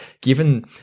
given